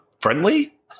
friendly